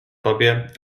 tobie